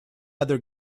other